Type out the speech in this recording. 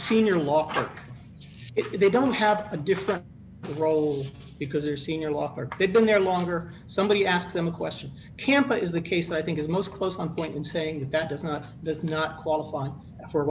senior law they don't have a different roles because they're senior law they've been there longer somebody asked them a question tampa is the case and i think it's most close on point in saying that that does not does not qualify for